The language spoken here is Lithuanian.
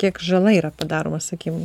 kiek žala yra padaromas akim